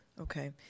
Okay